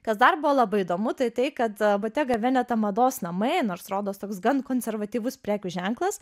kas dar buvo labai įdomu tai tai kad botega veneta mados namai nors rodos toks gan konservatyvus prekių ženklas